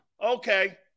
Okay